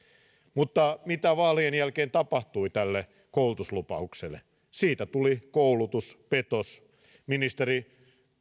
mutta mitä vaalien jälkeen tapahtui tälle koulutuslupaukselle siitä tuli koulutuspetos ministeri